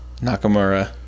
Nakamura